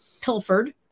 pilfered